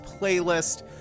playlist